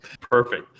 Perfect